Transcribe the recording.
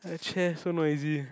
my chair so noisy